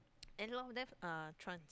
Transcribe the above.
and a lot of them trans